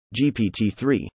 GPT-3